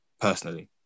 personally